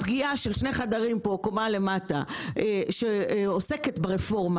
הפגיעה של הוועדה שיושבת בקומה למטה ועוסקת ברפורמה